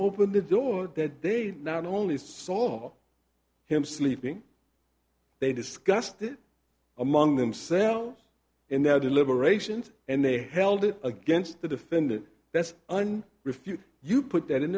open the door that they not only saw him sleeping they discussed it among themselves in their deliberations and they held it against the defendant that's an refute you put that in